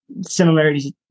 similarities